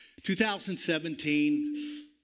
2017